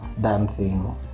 dancing